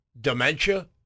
dementia